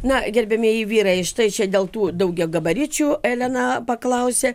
na gerbiamieji vyrai štai čia dėl tų daugiagabaričių elena paklausė